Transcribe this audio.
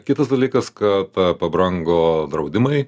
kitas dalykas kad pabrango draudimai